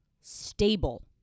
stable